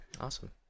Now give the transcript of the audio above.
Awesome